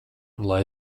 lai